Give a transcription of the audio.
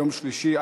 יום שלישי,